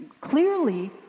clearly